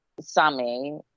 Sammy